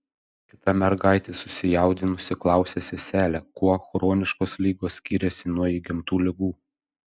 kita mergaitė susijaudinusi klausia seselę kuo chroniškos ligos skiriasi nuo įgimtų ligų